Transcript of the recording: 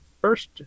first